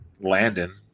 Landon